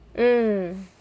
mm